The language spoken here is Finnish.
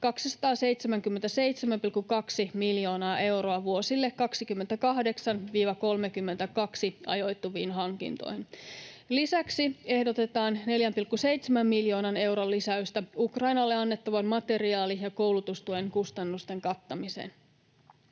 277,2 miljoonaa euroa vuosille 28— 32 ajoittuviin hankintoihin. Lisäksi ehdotetaan 4,7 miljoonan euron lisäystä Ukrainalle annettavan materiaali- ja koulutustuen kustannusten kattamiseen.